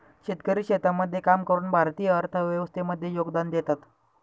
शेतकरी शेतामध्ये काम करून भारतीय अर्थव्यवस्थे मध्ये योगदान देतात